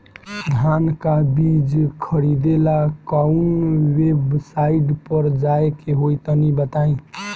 धान का बीज खरीदे ला काउन वेबसाइट पर जाए के होई तनि बताई?